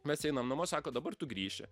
mes einam namo sako dabar tu grįši